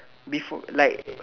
before like